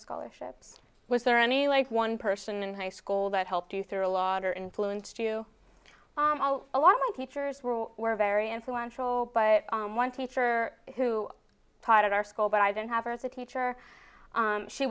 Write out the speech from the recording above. scholarships was there any like one person in high school that helped you through a lot or influenced you amo a lot of my teachers were all were very influential but one teacher who taught at our school but i didn't have her as a teacher